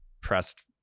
pressed